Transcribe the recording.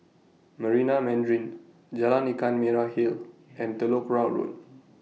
Marina Mandarin Jalan Ikan Merah Hill and Telok Kurau Road